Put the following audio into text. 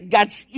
God's